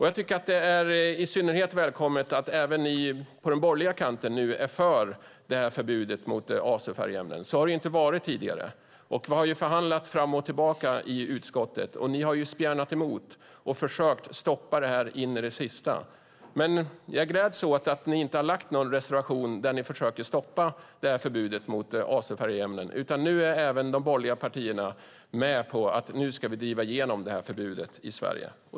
Jag tycker att det är särskilt välkommet att man även på den borgerliga kanten är för ett förbud mot azofärgämnen. Så har det inte varit tidigare. Vi har förhandlat fram och tillbaka i utskottet. De har spjärnat emot och försökt stoppa detta in i det sista. Jag gläds åt att de inte har lämnat någon reservation där de försöker stoppa förbudet mot azofärgämnen. Nu är även de borgerliga partierna med på att vi ska driva igenom förbudet i Sverige.